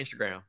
Instagram